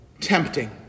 tempting